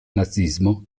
nazismo